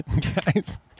Guys